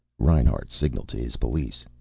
reinhart signalled to his police.